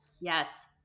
yes